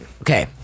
Okay